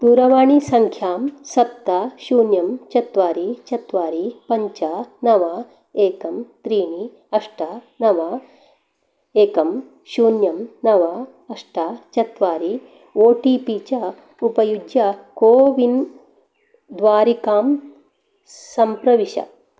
दूरवाणीसङ्ख्यां सप्त शून्यं चत्वारि चत्वारि पञ्च नव एकं त्रीणि अष्ट नव एकं शून्यं नव अष्ट चत्वारि ओ टि पि च उपयुज्य कोविन् द्वारिकां सम्प्रविश